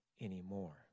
anymore